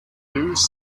loews